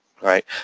right